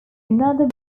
another